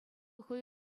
хӑй